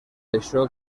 això